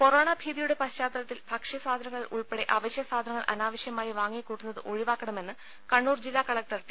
corona ഭീതിയുടെ പശ്ചാത്തലത്തിൽ ഭക്ഷ്യസാധനങ്ങൾ ഉൾപ്പെടെ അവശ്യ സാധനങ്ങൾ അനാവശ്യമായി പ്പാങ്ങിക്കു ട്ടുന്നത് ഒഴിവാക്കണമെന്ന് കണ്ണൂർ ജില്ലാ കലക്ടർ ടി